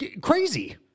crazy